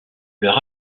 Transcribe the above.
leur